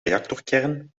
reactorkern